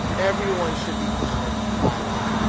everyone should be counted by law.